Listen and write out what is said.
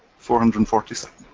four hundred and forty seven.